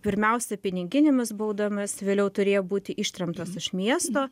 pirmiausia piniginėmis baudomis vėliau turėjo būti ištremtos iš miesto